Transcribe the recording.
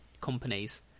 companies